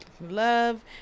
love